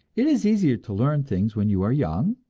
it is easier to learn things when you are young,